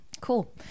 Cool